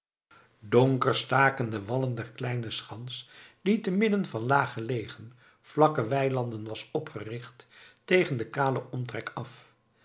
donker staken de wallen der kleine schans die te midden van laaggelegen vlakke weilanden was opgericht tegen den kalen omtrek af